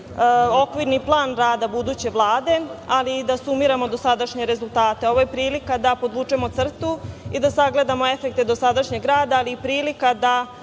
okvirni plan rada buduće Vlade, ali i da sumiramo dosadašnje rezultate. Ovo je prilika da podvučemo crtu i da sagledamo efekte dosadašnjeg rada, ali i prilika da